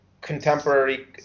contemporary